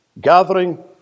gathering